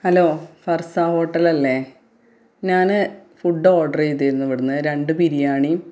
hello Farsa ഹോട്ടലല്ലെ ഞാന് food order ചെയ്തിരുന്നു അവിടുന്ന് രണ്ട് ബിരിയാണിം